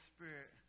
Spirit